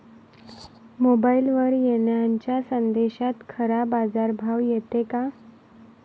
मोबाईलवर येनाऱ्या संदेशात खरा बाजारभाव येते का?